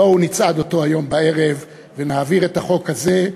בואו נצעד אותו היום בערב ונעביר את החוק הזה,